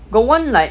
got one like